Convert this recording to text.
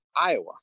Iowa